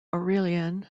aurelian